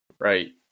Right